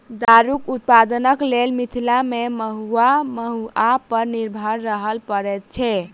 दारूक उत्पादनक लेल मिथिला मे महु वा महुआ पर निर्भर रहय पड़ैत छै